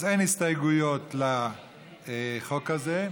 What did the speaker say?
אז אין הסתייגויות לחוק הזה.